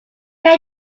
can